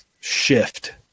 shift